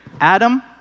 Adam